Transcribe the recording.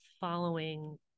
following